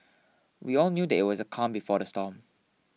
we all knew that it was the calm before the storm